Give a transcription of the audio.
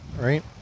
right